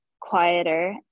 quieter